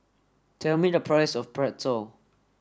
tell me the price of Pretzel